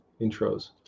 intros